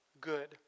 good